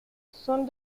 son